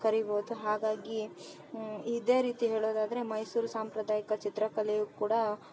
ಕರಿಬೋದು ಹಾಗಾಗಿ ಇದೇ ರೀತಿ ಹೇಳೋದಾದರೆ ಮೈಸೂರು ಸಾಂಪ್ರದಾಯಿಕ ಚಿತ್ರಕಲೆಯೂ ಕೂಡ